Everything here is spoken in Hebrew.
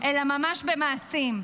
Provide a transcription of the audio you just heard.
אלא ממש במעשים,